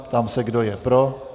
Ptám se, kdo je pro.